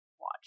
watch